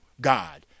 God